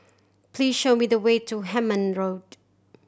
please show me the way to Hemmant Road